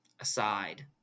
aside